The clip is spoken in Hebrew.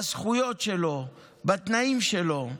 בזכויות שלו, בתנאים שלו.